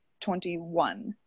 21